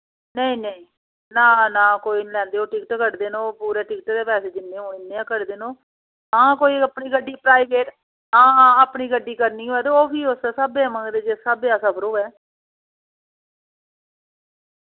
नेईं नेईं ना ना कोई नी लैंदे ओ टिकट कटदे न ओ पूरे टिकट दे पैसे जिन्ने होन उ'न्ने गै कटदे न ओ हां कोई अपनी गड्डी प्राइवेट हां हां अपनी गड्डी करनी होए ते ओह् फ्ही उस्सै स्हाबे दे मंगदे जिस स्हाबे दा सफर होऐ